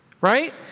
Right